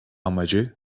amacı